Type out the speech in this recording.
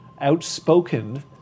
outspoken